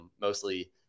mostly